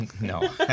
No